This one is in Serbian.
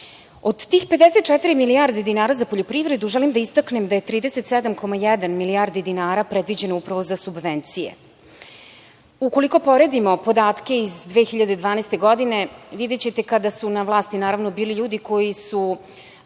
Od tih 54 milijarde dinara za poljoprivredu, želim da istaknem da je 37,1 milijarde dinara predviđeno upravo za subvencije. Ukoliko poredimo podatke iz 2012. godine, videćete kada su na vlasti, naravno, bili ljudi koji su